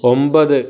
ഒമ്പത്